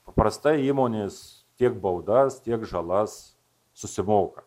paprastai įmonės tiek baudas tiek žalas susimoka